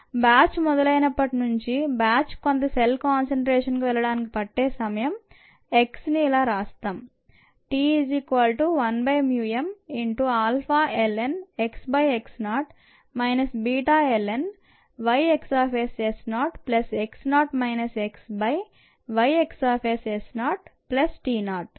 batch మొదలైనప్పటి నుంచి batch కొంత సెల్ కాన్సంట్రేషన్కు వెళ్లడానికి పట్టే మొత్తం సమయం x ని ఇలా ఇస్తాం